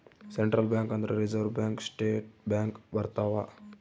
central bank ಅಂದ್ರ reserve bank state bank ಬರ್ತವ